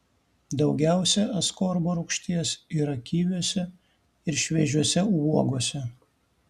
daugiausiai askorbo rūgšties yra kiviuose ir šviežiose uogose